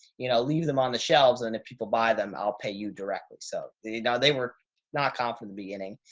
you know, leave them on the shelves and if people buy them, i'll pay you directly. so no, they were not kind of from the beginning.